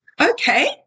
Okay